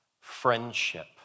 friendship